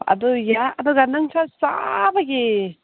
ꯑꯗꯣ ꯑꯗꯨꯒ ꯅꯪ ꯁꯥ ꯆꯥꯕꯒꯤ